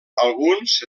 alguns